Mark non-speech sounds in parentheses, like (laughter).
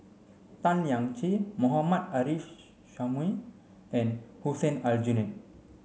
Tan Lian Chye Mohammad Arif (unintelligible) Suhaimi and Hussein Aljunied